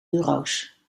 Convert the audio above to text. bureaus